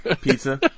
pizza